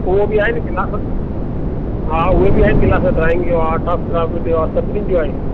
उहो बि आहे न क्लास हा उहे हि आहे क्लास जीअं ड्राइंग जो आहे आर्ट एंड क्राफ्ट जो आहे सभिनीनि जो आहे